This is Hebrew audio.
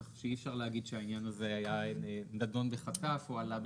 כך שאי אפשר להגיד שהעניין הזה נידון בחטף או הועלה בחטף.